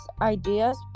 ideas